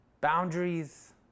boundaries